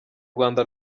rwanda